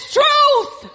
truth